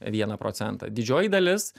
vieną procentą didžioji dalis